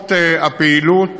שעות הפעילות